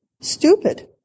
stupid